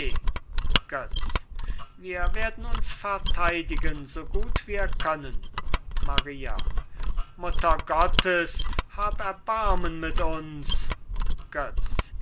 götz wir werden uns verteidigen so gut wir können maria mutter gottes hab erbarmen mit uns götz